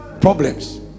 problems